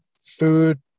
food